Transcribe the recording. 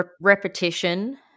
Repetition